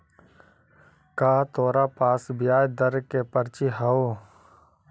का तोरा पास ब्याज दर के पर्ची हवअ